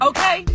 Okay